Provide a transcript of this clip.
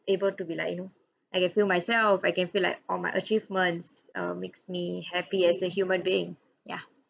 able to be like you know I can feel myself I can feel like all my achievements err makes me happy as a human being ya